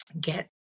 Get